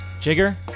Jigger